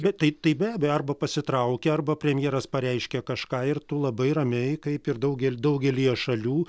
bet tai tai be abejo arba pasitraukia arba premjeras pareiškia kažką ir tu labai ramiai kaip ir daugely daugelyje šalių